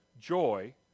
Joy